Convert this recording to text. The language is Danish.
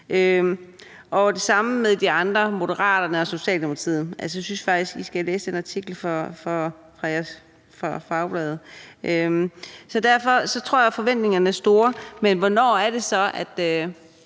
Det samme står der om Moderaterne og Socialdemokratiet. Jeg synes faktisk, I skal læse den artikel fra Fagbladet 3F. Derfor tror jeg at forventningerne er store, men hvornår er det så, at